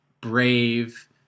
brave